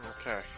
Okay